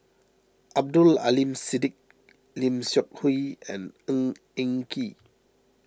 Abdul Aleem Siddique Lim Seok Hui and Ng Eng Kee